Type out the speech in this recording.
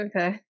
okay